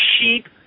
sheep